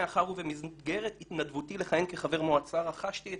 מאחר ובמסגרת התנדבותי לכהן כחבר מועצה רכשתי את